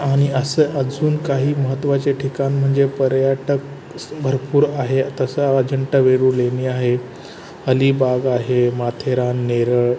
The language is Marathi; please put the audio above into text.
आणि असं अजून काही महत्त्वाचे ठिकाण म्हणजे पर्यटक भरपूर आहे तसं अजिंठा वेरूळ लेणी आहे अलीबाग आहे माथेरान नेरळ